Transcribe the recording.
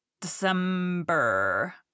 December